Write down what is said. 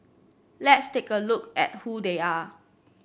let's take a look at who they are